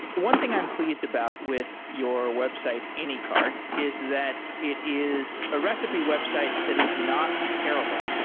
one thing i'm pleased about with your website, anycart, is that it is a recipe website that is not terrible.